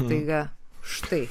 staiga štai